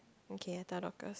okay I tell Dorcas